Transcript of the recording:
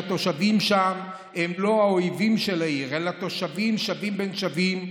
שהתושבים שם הם לא האויבים של העיר אלא תושבים שווים בין שווים,